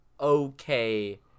okay